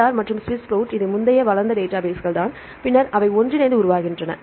PIR மற்றும் Swiss Prot இது முந்தைய வளர்ந்த டேட்டாபேஸ்கள் தான் பின்னர் அவை ஒன்றிணைந்து உருவாகின்றன